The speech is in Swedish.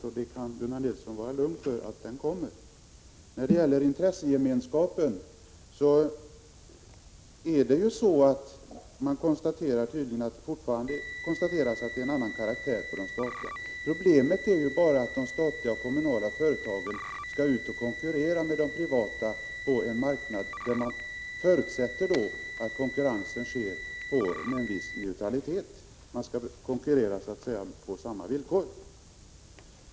Gunnar Nilsson kan vara lugn för att den kommer. När det gäller intressegemenskapen konstateras fortfarande att de statliga företagen har en annan karaktär. Problemet är bara att de statliga och kommunala företagen skall ut och konkurrera med de privata på en marknad där man förutsätter att konkurrens sker med en viss neutralitet. Man skall så att säga konkurrera på lika villkor.